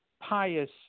pious